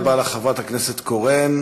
תודה רבה לך, חברת הכנסת קורן.